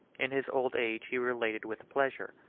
in his old age he related with pleasure,